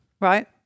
Right